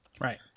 Right